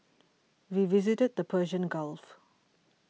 we visited the Persian Gulf